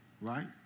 right